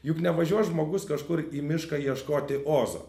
juk nevažiuos žmogus kažkur į mišką ieškoti ozo